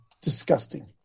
disgusting